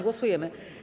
Głosujemy.